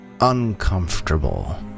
uncomfortable